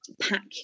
pack